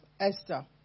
Esther